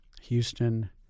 Houston